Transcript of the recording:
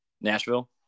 nashville